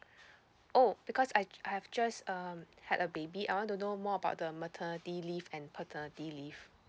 oh because I I've just um had a baby I want to know more about the maternity leave and paternity leave